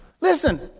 Listen